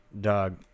dog